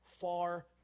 far